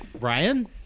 Ryan